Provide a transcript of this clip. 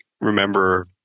remember